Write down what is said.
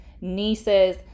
nieces